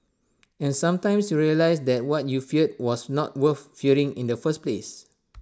and sometimes you realise that what you feared was not worth fearing in the first place